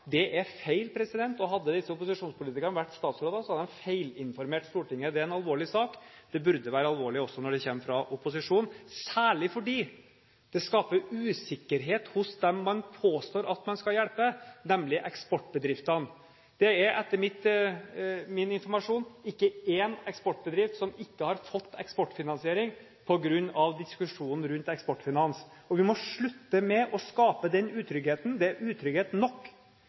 Det er feil, og hadde disse opposisjonspolitikerne vært statsråder, hadde de feilinformert Stortinget. Det er en alvorlig sak. Det burde være alvorlig, også når det kommer fra opposisjonen, særlig fordi det skaper en usikkerhet hos dem man påstår man skal hjelpe – nemlig eksportbedriftene. Det er etter min informasjon ikke én eksportbedrift som ikke har fått eksportfinansiering på grunn av diskusjonen rundt Eksportfinans. Vi må slutte med å skape den utryggheten! Det er utrygghet nok